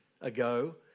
ago